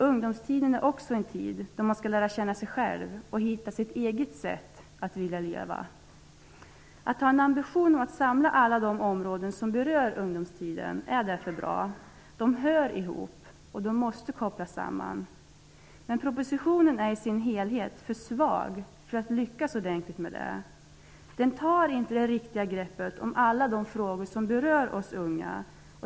Ungdomstiden är också en tid då man skall lära känna sig själv och hitta sitt eget sätt att leva. Att ha en ambition att samla alla de områden som berör ungdomstiden är därför bra. De hör ihop, och de måste kopplas samman. Men propositionen i sin helhet är för svag för att lyckas ordentligt med det. Den tar inte det riktiga greppet om alla de frågor som berör oss unga.